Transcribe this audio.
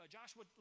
Joshua